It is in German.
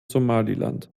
somaliland